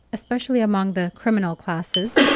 especially among the criminal classes,